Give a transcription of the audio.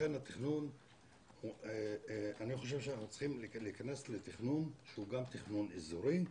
לכן אני חושב שאנחנו צריכים להיכנס לתכנון שהוא גם תכנון אזורי.